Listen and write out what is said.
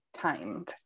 timed